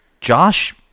Josh